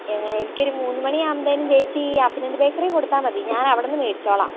എനിക്ക് ഒരു മൂന്നു മണിയാകുമ്പോഴത്തേനു ചേച്ചി അഭിനന്ദ് ബേക്കറിയിൽ കൊടുത്താല് മതി ഞാൻ അവിടെനിന്നു മേടിച്ചോളാം